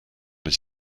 les